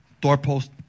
doorpost